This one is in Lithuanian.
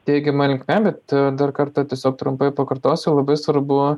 teigiama linkme bet dar kartą tiesiog trumpai pakartosiu labai svarbu